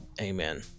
Amen